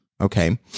Okay